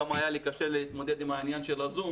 כמה היה לי קשה להתמודד עם העניין של הזום